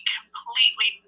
Completely